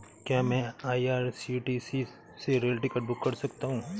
क्या मैं आई.आर.सी.टी.सी से रेल टिकट बुक कर सकता हूँ?